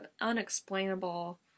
unexplainable